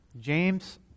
James